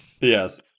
Yes